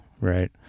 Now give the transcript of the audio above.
right